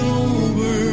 over